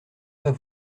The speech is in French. pas